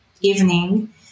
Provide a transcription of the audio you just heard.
evening